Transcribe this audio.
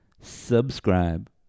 Subscribe